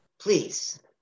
Please